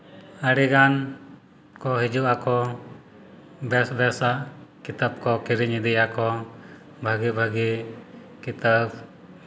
ᱟᱹᱰᱤ ᱜᱟᱱ ᱠᱚ ᱦᱤᱡᱩᱜ ᱟᱠᱚ ᱵᱮᱥ ᱵᱮᱥᱟᱜ ᱠᱤᱛᱟᱹᱵ ᱠᱚ ᱠᱤᱨᱤᱧ ᱤᱫᱤᱭᱟᱠᱚ ᱵᱷᱟᱹᱜᱤ ᱵᱷᱟᱹᱜᱤ ᱠᱤᱛᱟᱹᱵ